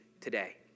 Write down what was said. today